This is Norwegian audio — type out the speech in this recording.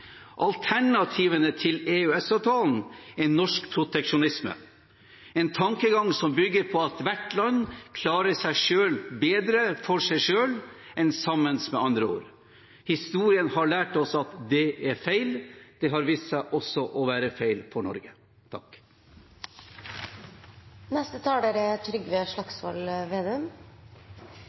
Alternativene til EØS-avtalen er norsk proteksjonisme, en tankegang som bygger på at hvert land klarer seg bedre for seg selv enn sammen med andre. Historien har lært oss at det er feil. Det har vist seg også å være feil for Norge.